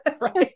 Right